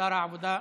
שר העבודה,